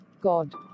God